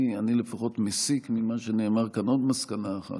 אני לפחות מסיק ממה שנאמר כאן עוד מסקנה אחת,